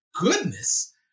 goodness